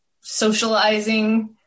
socializing